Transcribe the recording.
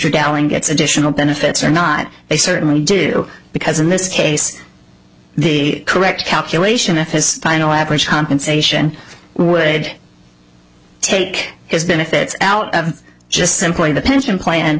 gallon gets additional benefits or not they certainly do because in this case the correct calculation of his final average compensation would take his benefits out of just simply the pension plan